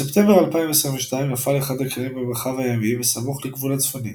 בספטמבר 2022 נפל אחד הכלים במרחב הימי בסמוך לגבול הצפוני,